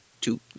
two